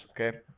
okay